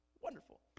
wonderful